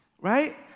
right